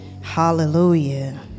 Hallelujah